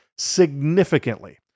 Significantly